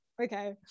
Okay